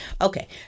Okay